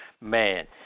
man